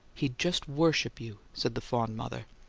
he'd just worship you, said the fond mother.